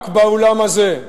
רק באולם הזה,